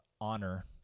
honor